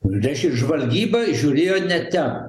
reiškia žvalgyba žiūrėjo ne ten